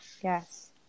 Yes